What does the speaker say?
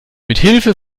mithilfe